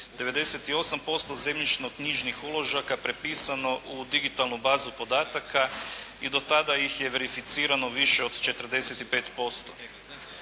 98% zemljišno-knjižnih uložaka prepisano u digitalnu bazu podatak i do tada ih je verificirano više od 45%.